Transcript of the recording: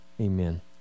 Amen